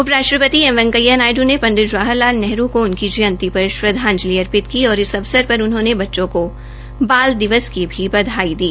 उपराष्ट्रपति एम वैकेंया नायडू ने पंडित जवाहर लाल नेहरू को उनकी जयंती पर श्रदवाजंलि अर्पित की और इस अवसर पर उन्होंने बच्चों को बाल दिवस की भी बधाई दी